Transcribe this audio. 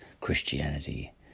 Christianity